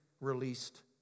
released